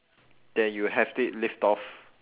then you have it lift off